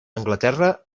anglaterra